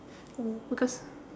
oh because